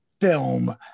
film